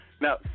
Now